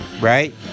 Right